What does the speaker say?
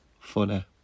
funny